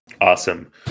Awesome